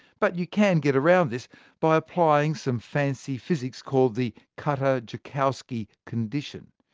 but you can get around this by applying some fancy physics called the kutta-joukowski condition.